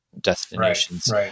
destinations